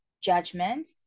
judgment